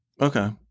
Okay